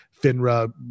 FINRA